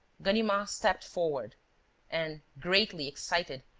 ganimard stepped forward and, greatly excited,